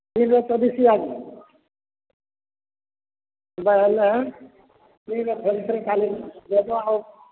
ଦିନ ଚବିଶି ଆଜି ବାହାରିଲା କାଲି ଯଦି ଆଉ